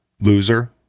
Loser